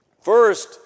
First